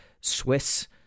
Swiss